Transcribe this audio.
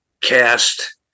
cast